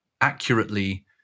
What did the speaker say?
accurately